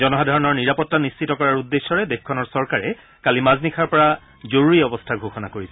জনসাধাৰণৰ নিৰাপত্তা নিশ্চিত কৰাৰ উদ্দেশ্যৰে দেশখনৰ চৰকাৰে কালি মাজনিশাৰ পৰা জৰুৰী অৱস্থা ঘোষণা কৰিছে